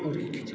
आओर कि